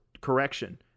correction